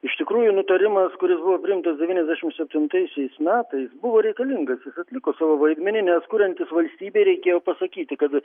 iš tikrųjų nutarimas kuris buvo priimtas devyniasdešimt septintaisiais metais buvo reikalingas jis atliko savo vaidmenį nes kuriantis valstybei reikėjo pasakyti kad